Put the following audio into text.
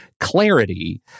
clarity